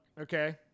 okay